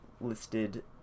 listed